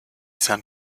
san